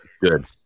good